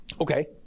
Okay